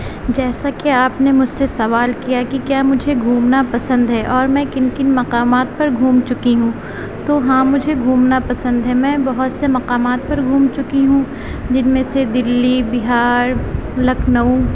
جیسا کہ آپ نے مجھ سے سوال کیا کہ کیا مجھے گھومنا پسند ہے اور میں کن کن مقامات پر گھوم چکی ہوں تو ہاں مجھے گھومنا پسند ہے میں بہت سے مقامات پر گھوم چکی ہوں جن میں سے دلی بہار لکھنؤ